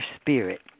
spirit